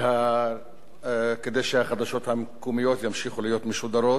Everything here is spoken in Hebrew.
וכדי שהחדשות המקומיות ימשיכו להיות משודרות.